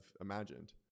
imagined